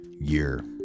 year